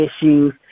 issues